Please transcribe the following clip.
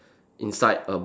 inside a